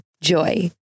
JOY